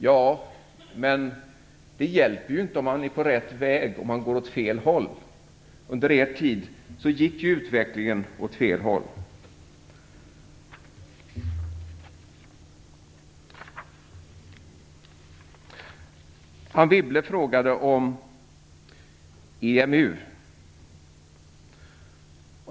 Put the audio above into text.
Ja, men det hjälper inte att vara på rätt väg om man går åt fel håll. Under er tid gick utvecklingen åt fel håll. Anne Wibble frågade om EMU.